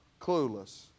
Clueless